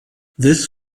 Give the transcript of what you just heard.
this